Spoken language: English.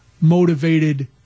motivated